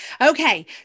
Okay